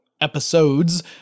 episodes